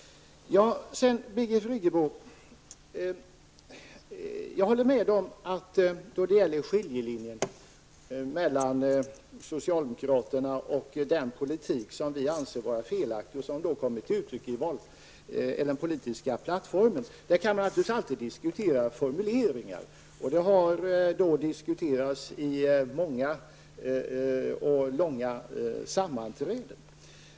Sedan vill jag säga till Birgit Friggebo att jag håller med om, när det gäller skiljelinjen mellan socialdemokraterna och den politik som vi anser vara felaktig -- vilket kommer till uttryck i den politiska plattformen -- att man naturligtvis alltid kan diskutera formuleringar. Detta har diskuterats i många och långa sammanträden.